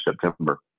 september